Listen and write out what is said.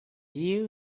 you